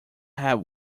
have